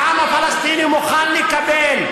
העם הפלסטיני מוכן לקבל.